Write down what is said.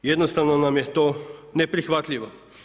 Jednostavno vam je to neprihvatljivo.